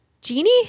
Genie